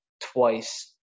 twice